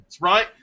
right